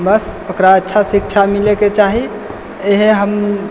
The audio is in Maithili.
बस ओकरा अच्छा शिक्षा मिलैके चाही इएह हम